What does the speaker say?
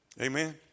Amen